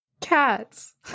Cats